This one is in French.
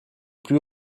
plus